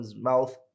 mouth